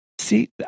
see